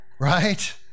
Right